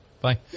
Bye